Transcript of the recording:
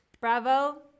Bravo